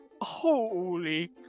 holy